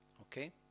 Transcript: Okay